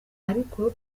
ariko